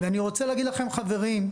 חברים,